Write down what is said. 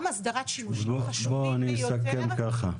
גם הסדרת שימושים חשובים ביותר --- אני אסכם ככה,